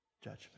judgment